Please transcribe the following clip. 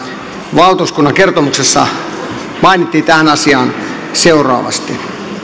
valtuuskunnan kertomuksessa mainittiin tästä asiasta seuraavasti